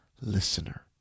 listener